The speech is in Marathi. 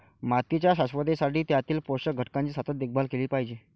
मातीच्या शाश्वततेसाठी त्यातील पोषक घटकांची सतत देखभाल केली पाहिजे